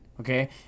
okay